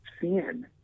sin